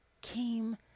came